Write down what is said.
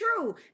true